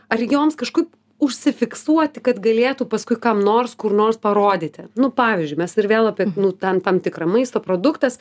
ar joms kažkaip užsifiksuoti kad galėtų paskui kam nors kur nors parodyti nu pavyzdžiui mes ir vėl apie nu tam tam tikrą maisto produktas